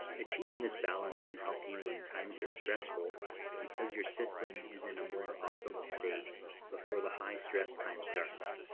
achieving this balance can help you when times get stressful because your system is in a more optimal state before the high stress time starts.